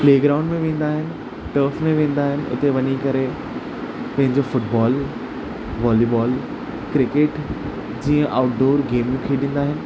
playground में वेंदा आहिनि टफ में वेंदा आहिनि उते वञी करे पंहिंजो फुटबॉल वालीबॉल क्रिकेट जीअं आउटडोर गेमियूं खेॾींदा आहिनि